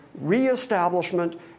reestablishment